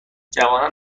جوانان